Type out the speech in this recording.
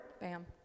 Bam